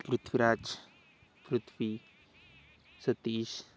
Prithviraj Prithvi Satish